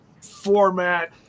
format